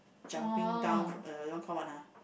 jumping down from uh that one call what ah